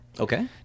Okay